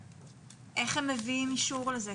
איך הם מביאים אישור לזה?